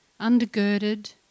undergirded